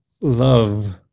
love